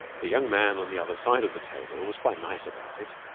the young man on the other side of the table was quite nice about it.